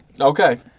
Okay